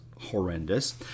horrendous